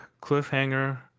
cliffhanger